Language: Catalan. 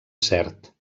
cert